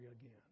again